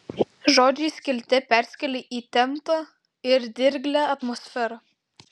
žodžiai skelte perskėlė įtemptą ir dirglią atmosferą